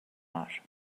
کار